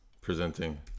presenting